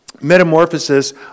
metamorphosis